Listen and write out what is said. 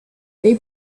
they